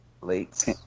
Late